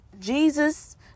Jesus